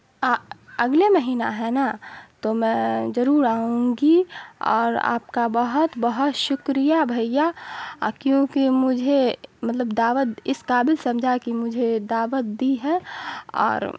اگلے مہینہ ہے نا تو میں ضرور آؤں گی اور آپ کا بہت بہت شکریہ بھیا کیوںکہ مجھے مطلب دعوت اس قابل سمجھا کہ مجھے دعوت دی ہے اور